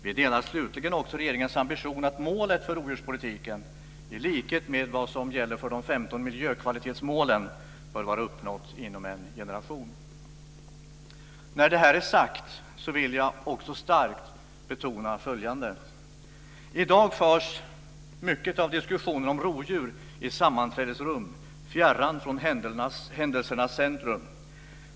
Vi delar slutligen också regeringens ambition att målet för rovdjurspolitiken, i likhet med vad som gäller för de 15 miljökvalitetsmålen, bör vara uppnått inom en generation. När detta är sagt vill jag också starkt betona följande: I dag förs mycket av diskussionen om rovdjur i sammanträdesrum fjärran från händelsernas centrum.